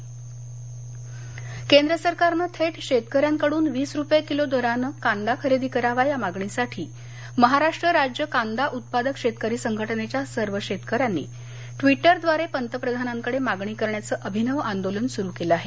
नाशिक केंद्र सरकारनं थेट शेतक यांकडून वीस रुपये किलो दराने कांदा खरेदी करावा या मागणीसाठी महाराष्ट्र राज्य कांदा उत्पादक शेतकरी संघटनेच्या सर्व शेतकऱ्यांनी ट्वीटरद्वारे पंतप्रधानांकडे मागणी करण्याचं अभिनव आंदोलन सुरू केलं आहे